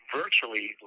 virtually